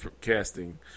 casting